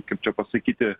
kaip čia pasakyti